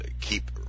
keep